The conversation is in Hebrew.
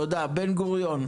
תודה, אוניברסיטת בן-גוריון.